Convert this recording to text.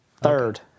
third